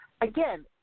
again